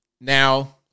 Now